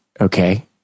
okay